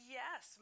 yes